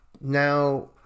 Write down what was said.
now